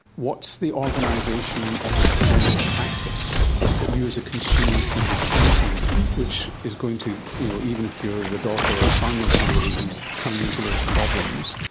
what's the organisation of general practice that you as a consumer should be choosing which is going to, you know even if you are the daughter or the son of somebody who is coming into those problems,